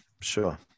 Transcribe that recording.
sure